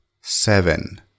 seven